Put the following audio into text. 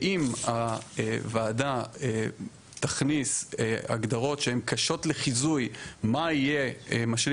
ואם הוועדה תכניס הגדרות שהן קשות לחיזוי מה יהיה משלים